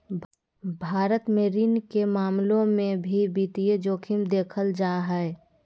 भारत मे ऋण के मामलों मे भी वित्तीय जोखिम देखल जा हय